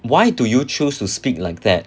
why do you choose to speak like that